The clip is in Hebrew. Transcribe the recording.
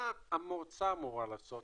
מה המועצה אמורה לעשות?